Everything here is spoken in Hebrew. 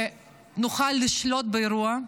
שנוכל לשלוט באירוע,